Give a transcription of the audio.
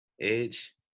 Edge